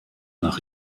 nach